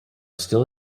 still